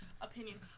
opinion